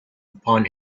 upon